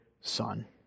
son